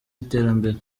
y’iterambere